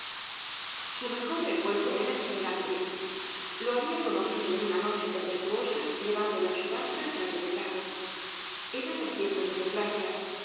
su mejor recuerdo era el general prim lo había conocido en una noche tempestuosa llevándolo en su barca á través del lago eran loa tiempos de desgracia